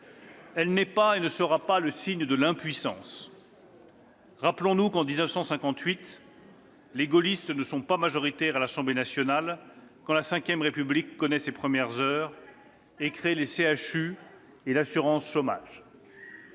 Elle n'est pas et ne sera pas le signe de l'impuissance. « Rappelons-nous que, en 1958, les gaullistes n'étaient pas majoritaires à l'Assemblée nationale quand la V République connaissait ses premières heures et créait les centres